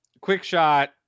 Quickshot